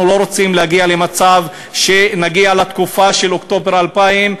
אנחנו לא רוצים להגיע למצב שנגיע לתקופה של אוקטובר 2000,